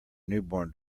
newborn